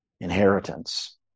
inheritance